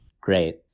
Great